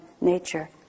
nature